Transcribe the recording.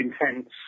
intense